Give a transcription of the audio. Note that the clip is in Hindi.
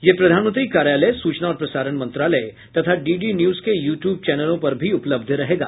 यह प्रधानमंत्री कार्यालय सूचना और प्रसारण मंत्रालय तथा डीडी न्यूज के यू ट्यूब चैनलों पर भी उपलब्ध रहेगा